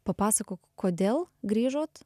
papasakok kodėl grįžot